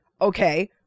Okay